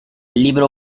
libro